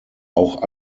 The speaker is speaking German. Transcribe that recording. auch